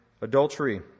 adultery